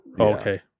okay